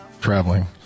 traveling